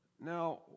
Now